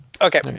Okay